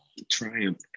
Triumph